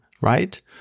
right